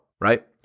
right